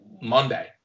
Monday